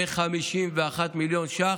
כ-51 מיליון ש"ח.